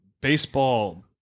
baseball